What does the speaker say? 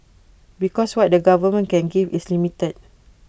because what the government can give is limited